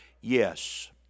Yes